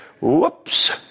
Whoops